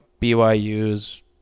BYU's